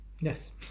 Yes